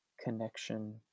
connection